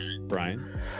brian